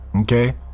Okay